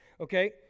Okay